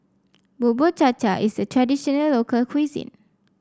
Bubur Cha Cha is a traditional local cuisine